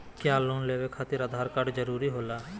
क्या लोन लेवे खातिर आधार कार्ड जरूरी होला?